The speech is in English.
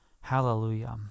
Hallelujah